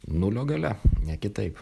nulio galia ne kitaip